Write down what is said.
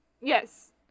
Yes